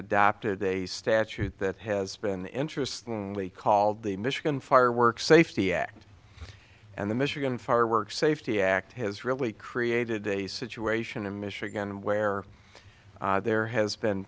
adapted a statute that has been interesting lee called the michigan fireworks safety act and the michigan firework safety act has really created a situation in michigan where there has been